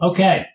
Okay